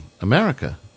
America